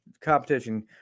competition